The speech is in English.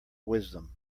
wisdom